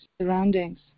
surroundings